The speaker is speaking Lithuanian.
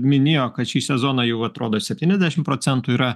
minėjo kad šį sezoną jau atrodo septyniasdešim procentų yra